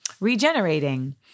regenerating